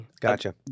gotcha